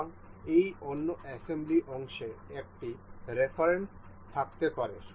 সুতরাং এই অন্য অ্যাসেম্বলি অংশে একটি রেফারেন্স থাকতে পারে